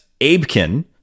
Abekin